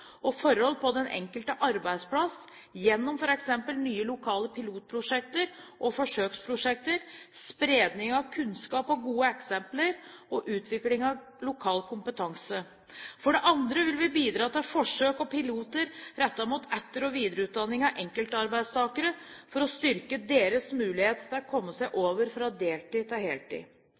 og forhold på den enkelte arbeidsplass, gjennom f.eks. nye, lokale pilotprosjekter og forsøksprosjekter, spredning av kunnskap og gode eksempler og utvikling av lokal kompetanse. For det andre vil vi bidra til forsøk og piloter rettet mot etter- og videreutdanning av enkeltarbeidstakere for å styrke deres mulighet til å komme seg over fra deltid til heltid.